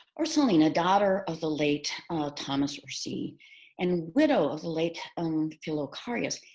ursollina, daughter of the late thomas ursii, and widow of the late and figlioarius.